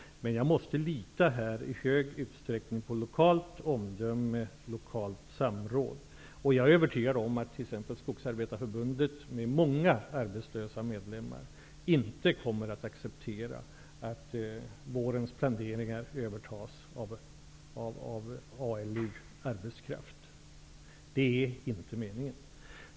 Men jag måste i hög grad lita på lokalt omdöme och samråd. Jag är övertygad om att t.ex. Skogsarbetarförbundet med många arbetslösa medlemmar inte kommer att acceptera att vårens planteringar övertas av ALU arbetskraft. Det är inte meningen.